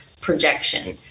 projection